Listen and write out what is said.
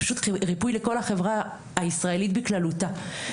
זה פשוט ריפוי לכל החברה הישראלית בכללותה.